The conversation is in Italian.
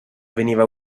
veniva